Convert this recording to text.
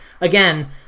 Again